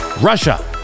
Russia